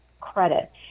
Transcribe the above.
credit